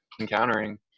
encountering